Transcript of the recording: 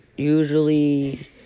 Usually